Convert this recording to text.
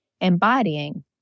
embodying